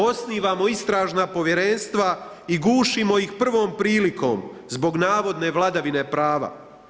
Osnivamo istražna povjerenstva i gušimo ih prvom prilikom zbog navodne vladavine prava.